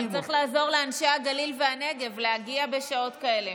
אבל צריך לעזור לאנשי הגליל והנגב להגיע בשעות כאלה.